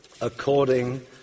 according